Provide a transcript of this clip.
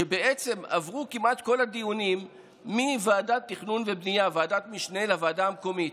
כמעט כל הדיונים עברו מוועדת המשנה לתכנון ולבנייה לוועדה המקומית,